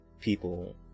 people